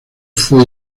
fue